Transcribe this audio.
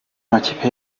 makipe